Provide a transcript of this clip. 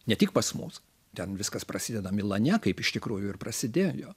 ne tik pas mus ten viskas prasideda milane kaip iš tikrųjų ir prasidėjo